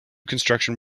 construction